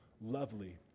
lovely